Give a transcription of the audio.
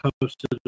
posted